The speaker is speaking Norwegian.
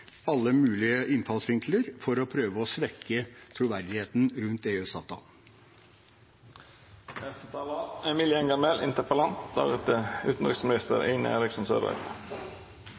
alle mulige innfallsvinkler for å prøve å svekke troverdigheten rundt